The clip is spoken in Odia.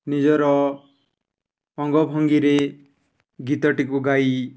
ନିଜର ଅଙ୍ଗ ଭଙ୍ଗୀରେ ଗୀତଟିକୁ ଗାଇ